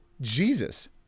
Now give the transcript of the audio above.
Jesus